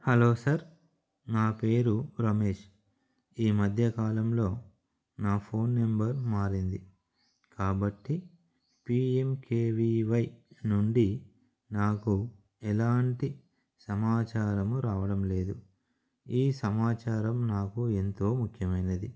hello sir నా పేరు రమేష్ ఈ మధ్యకాలంలో నా ఫోన్ నెంబర్ మారింది కాబట్టి P M K V Y నుండి నాకు ఎలాంటి సమాచారము రావడం లేదు ఈ సమాచారం నాకు ఎంతో ముఖ్యమైనది